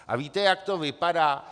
A víte, jak to vypadá?